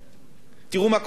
תראו מה קורה בעולם.